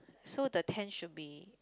so the tent should be